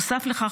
נוסף לכך,